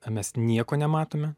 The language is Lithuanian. a mes nieko nematome